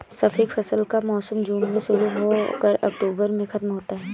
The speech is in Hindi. खरीफ फसल का मौसम जून में शुरू हो कर अक्टूबर में ख़त्म होता है